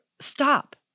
stop